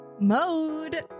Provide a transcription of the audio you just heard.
mode